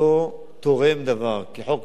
כי חוק השבות קיים,